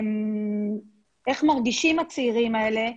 איך מרגישים הצעירים האלה,